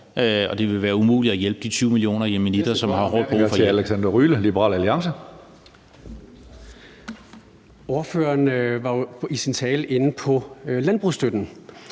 det vil være umuligt at hjælpe de 20 millioner yemenitter, som har hårdt brug for hjælp.